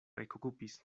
ekokupis